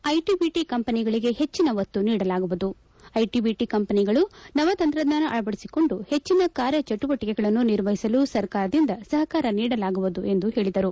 IT BT ಕಂಪನಿಗಳಿಗೆ ಹೆಚ್ಚಿನ ಒತ್ತು ನೀಡಲಾಗುವುದು ಐಟ ಬಿಟಿ ಕಂಪನಿಗಳು ನವ ತಂತ್ರಜ್ಞಾನ ಅಳವಡಿಸಿಕೊಂಡು ಹೆಚ್ಚನ ಕಾರ್ಯ ಚಟುವಟಕೆಗಳನ್ನು ನಿರ್ವಹಿಸಲು ಸರ್ಕಾರದಿಂದ ಸಹಕಾರ ನೀಡಲಾಗುವುದು ಎಂದು ಹೇಳಿದರು